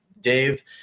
Dave